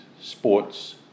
sports